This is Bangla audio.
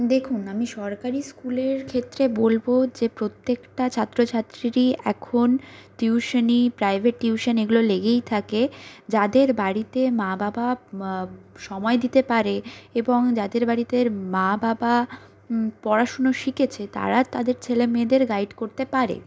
দেখুন আমি সরকারি স্কুলের ক্ষেত্রে বলবো যে প্রত্যেকটা ছাত্র ছাত্রীরই এখন টিউশানি প্রাইভেট টিউশান এগুলো লেগেই থাকে যাদের বাড়িতে মা বাবা সময় দিতে পারে এবং যাদের বাড়িতে মা বাবা পড়াশুনো শিখেছে তারা তাদের ছেলে মেয়েদের গাইড করতে পারে